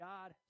God